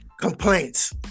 complaints